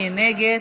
מי נגד?